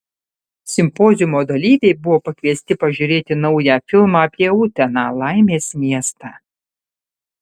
simpoziumo dalyviai buvo pakviesti pažiūrėti naują filmą apie uteną laimės miestą